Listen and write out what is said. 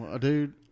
Dude